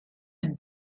and